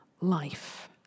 life